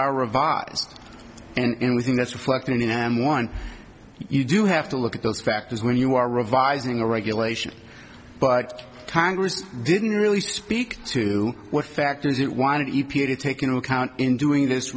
are revised and we think that's reflected in them one you do have to look at those factors when you are revising a regulation but congress didn't really speak to what factors it wanted to take into account in doing this